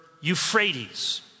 Euphrates